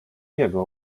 jego